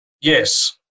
Yes